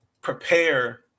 prepare